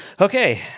Okay